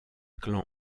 clan